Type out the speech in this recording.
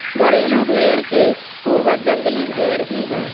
घरेलू भेंड़ के पूर्वज जंगली भेंड़ ही है